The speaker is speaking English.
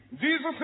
Jesus